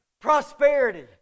prosperity